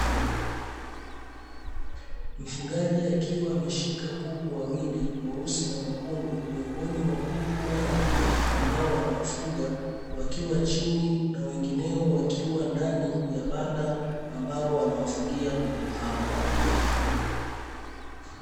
Mfugaji akiwa ameshika kuku wawili mweusi na mwekundu, miongoni mwa kuku wengi ambao wanawafuga wakiwa chini na wengineo wakiwa ndani ya banda ambalo anawafugia kuku hao.